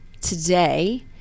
today